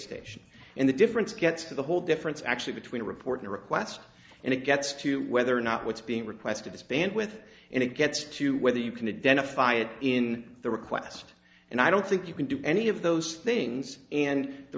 station and the difference gets to the whole difference actually between reporting a request and it gets to you whether or not what's being requested this band with and it gets to whether you can identify it in the request and i don't think you can do any of those things and the